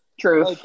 True